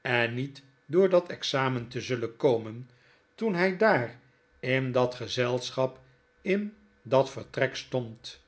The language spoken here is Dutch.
en niet door dat exameri te zullen komen toen hij daar in dat gezelschap in dat vertrek stond